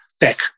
tech